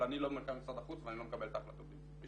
אבל אני לא מנכ"ל משרד החוץ ואני לא מקבל את ההחלטות בשמו.